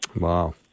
Wow